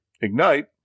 Ignite